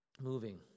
moving